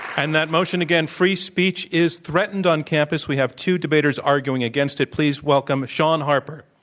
and that motion, again, free speech is threatened on campus. we have two debaters arguing against it. please welcome shaun harper.